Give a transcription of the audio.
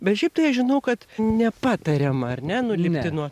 bet šiaip tai aš žinau kad nepatariama ar ne nulipti nuo